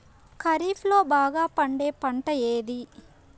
ఖరీఫ్ లో బాగా పండే పంట ఏది?